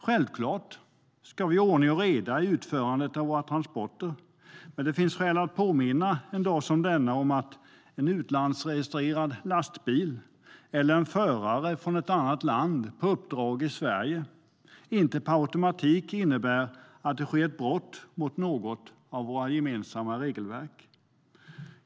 Självklart ska vi ha ordning och reda i utförandet av våra transporter, men en dag som denna finns det skäl att påminna om att en utlandsregistrerad lastbil eller en förare från ett annat land på uppdrag i Sverige inte per automatik innebär att det sker ett brott mot något av våra gemensamma regelverk.